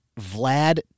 Vlad